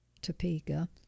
Topeka